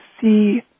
see